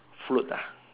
float ah